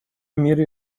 мир